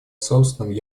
собственным